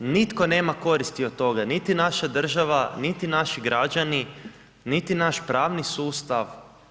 Nitko nema koristi od toga, niti naša država, niti naši građani, niti naš pravni sustav.